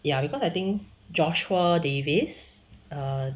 ya because I think joshua davis err